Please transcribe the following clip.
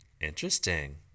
Interesting